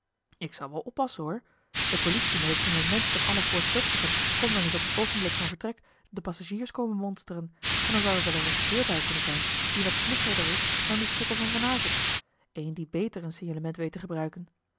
ik zal wel oppassen hoor de politie met het signalement van alle voortvluchtigen kon wel eens op het oogenblik van vertrek de passagiers komen monsteren en dan zou er wel een rechercheur bij kunnen zijn die wat snuggerder is dan die sukkel van van avond één die beter een signalement weet te gebruiken